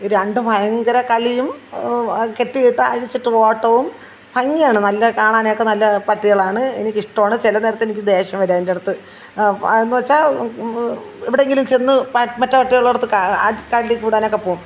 രണ്ടും ഭയങ്കര കളിയും കെട്ടിയിട്ടാൽ അഴിച്ചിട്ട് ഓട്ടവും ഭംഗിയാണ് നല്ല കാണാനൊക്കെ നല്ല പട്ടികളാണ് എനിക്കിഷ്ടമാണ് ചില നേരത്തെനിക്ക് ദേഷ്യം വരും അതിൻ്റടുത്ത് എന്നുവെച്ചാൽ എവിടെയെങ്കിലും ചെന്നു മറ്റു പട്ടികളുടെ അടുത്ത് കടി കൂടാനൊക്കെ പോകും